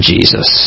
Jesus